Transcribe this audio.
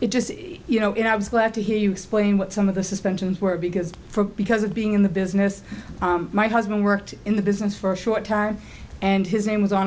it just you know and i was glad to hear you explain what some of the suspensions were because for because of being in the business my husband worked in the business for a short time and his name was on a